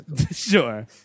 Sure